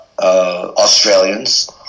Australians